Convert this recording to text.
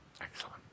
Excellent